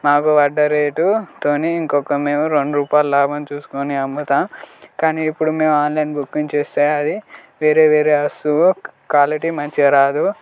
మాకు పడ్డ రేటు తోనే ఇంకొక మేము రెండు రూపాయలు లాభం చూసుకుని అమ్ముతాం కానీ ఇప్పుడు మేము ఆన్లైన్ బుకింగ్ చేస్తే అది వేరే వేరే వస్తువు క్వాలిటీ మంచిగా రాదు